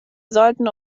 sollten